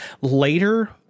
later